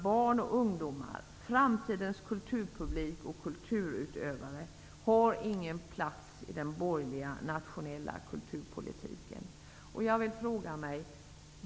Barn och ungdomar -- framtidens kulturpublik och kulturutövare -- har ingen plats i den borgerliga nationella kulturpolitiken.